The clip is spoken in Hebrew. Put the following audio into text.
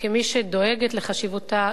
וכמי שדואגת לחשיבותה,